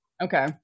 Okay